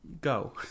go